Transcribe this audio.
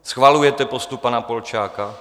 Schvalujete postup pana Polčáka?